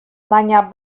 baina